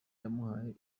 yamuhaye